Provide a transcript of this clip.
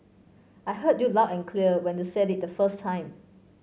I heard you loud and clear when you said it the first time